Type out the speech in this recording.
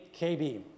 kb